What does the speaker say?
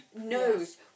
knows